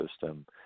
system